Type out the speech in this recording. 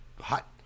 hot